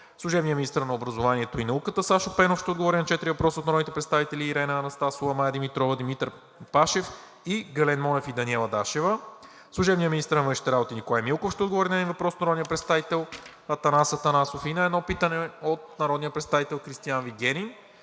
Служебният министър на образованието и науката Сашо Пенов ще отговори на четири въпроса от народните представители Ирена Анастасова; Мая Димитрова; Димитър Пашев; и Гален Монев и Даниела Дашева. 14. Служебният министър на външните работи Николай Милков ще отговори на един въпрос от народния представител Атанас Атанасов и на едно питане от народния представител Кристиан Вигенин.